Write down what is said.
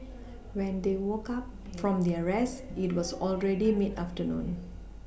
when they woke up from their rest it was already mid afternoon